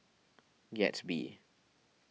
Gatsby